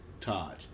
Todd